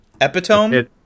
Epitome